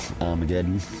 Armageddon